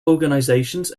organizations